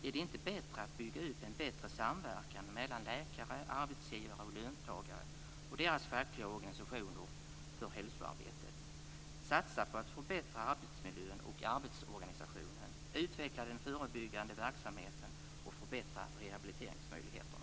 Är det inte rimligare att bygga upp en bättre samverkan mellan läkare, arbetsgivare och löntagare och deras fackliga organisationer för hälsoarbetet? Satsa på att förbättra arbetsmiljön och arbetsorganisationen, utveckla den förebyggande verksamheten och förbättra rehabiliteringsmöjligheterna!